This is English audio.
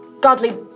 godly